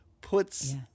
puts